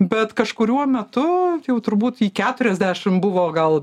bet kažkuriuo metu jau turbūt į keturiasdešim buvo gal